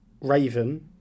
Raven